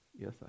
yes